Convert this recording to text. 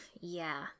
yeah